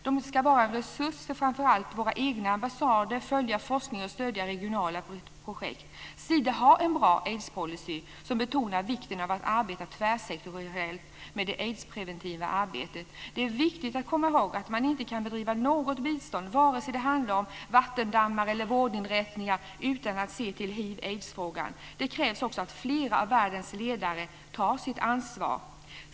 De ska vara en resurs för framför allt våra egna ambassader, följa forskning och stödja regionala projekt. Sida har en bra aidspolicy, som betonar vikten av att arbeta tvärsektoriellt med det aidspreventiva arbetet. Det är viktigt att komma ihåg att man inte kan bedriva något bistånd, vare sig det handlar om vattendammar eller om vårdinrättningar, utan att se till hiv/aids. Det krävs också att fler av världens ledare tar sitt ansvar.